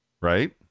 Right